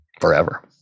forever